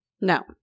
No